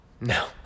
No